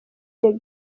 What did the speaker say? des